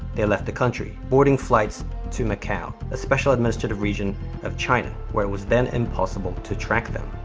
they left the country, boarding flights to macau, a special administrative region of china where it was then impossible to track them.